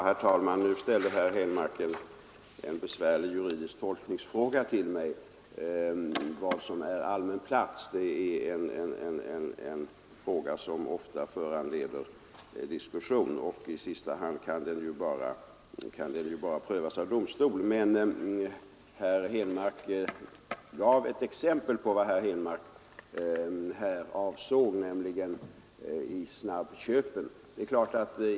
Herr talman! Nu ställde herr Henmark en besvärlig juridisk tolkningsfråga till mig, nämligen om vad som är allmän plats. Det är en fråga som ofta föranleder diskussion, och i sista hand kan den bara prövas av domstol. Herr Henmark gav ett exempel på vad han avsåg, nämligen skyltning i snabbköp.